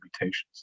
mutations